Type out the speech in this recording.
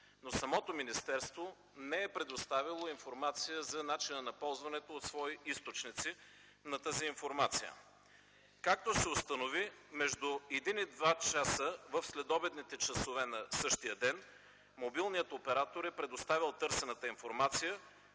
Но самото министерство не е предоставило информация за начина на ползването от свои източници на тази информация. Както се установи – между един и два часа в следобедните часове на същия ден, мобилният оператор е предоставил търсената информация